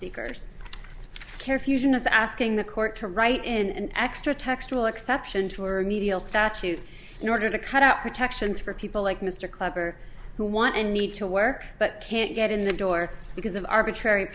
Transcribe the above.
seekers care fusion is asking the court to write in an extra textual exception to or medial statute in order to cut out protections for people like mr clubber who want and need to work but can't get in the door because of arbitrary